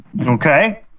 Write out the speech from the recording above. Okay